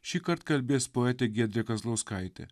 šįkart kalbės poetė giedrė kazlauskaitė